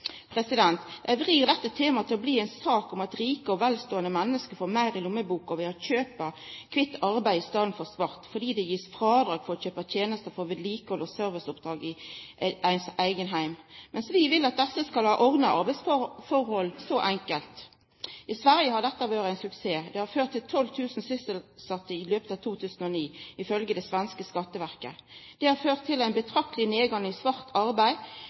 vrir dette temaet til å bli en sak om at rike og velstående mennesker får mer i lommeboka ved å kjøpe hvitt arbeid i stedet for svart, fordi det gis fradrag for å kjøpe tjenester som gjelder vedlikehold og serviceoppdrag i eget hjem, mens vi vil at disse arbeidstakerne skal ha ordnede arbeidsforhold. Så enkelt! I Sverige har dette vært en suksess. Det har ført til 12 000 sysselsatte i løpet av 2009, ifølge det svenske skatteverket. Det har ført til en betraktelig nedgang i svart arbeid.